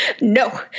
No